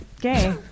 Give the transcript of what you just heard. gay